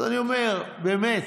אז אני אומר, באמת,